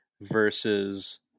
versus